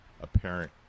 apparent